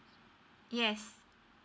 yes